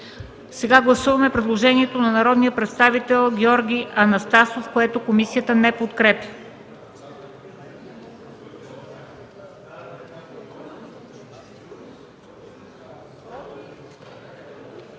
Гласуваме предложението на народния представител Георги Анастасов, което комисията не подкрепя.